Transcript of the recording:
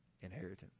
inheritance